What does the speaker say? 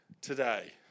today